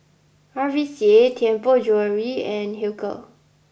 R V C A Tianpo Jewellery and Hilker